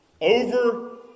Over